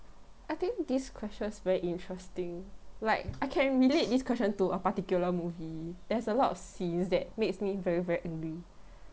I think this question's very interesting like I can relate this question to a particular movie there's a lot of scenes that makes me very very angry